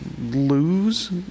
lose